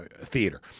theater